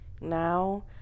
now